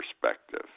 perspective